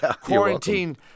Quarantine